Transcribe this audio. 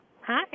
Hi